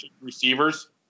receivers